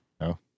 No